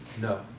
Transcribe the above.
no